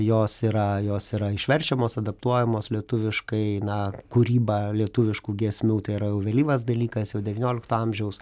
jos yra jos yra išverčiamos adaptuojamos lietuviškai na kūryba lietuviškų giesmių tai yra jau vėlyvas dalykas jau devyniolikto amžiaus